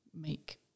make